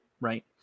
right